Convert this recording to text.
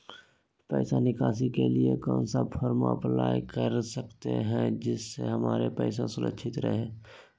पैसा निकासी के लिए कौन सा फॉर्म अप्लाई कर सकते हैं जिससे हमारे पैसा सुरक्षित रहे हैं?